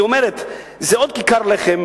היא אומרת: זה עוד כיכר לחם